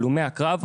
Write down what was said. הלומי הקרב,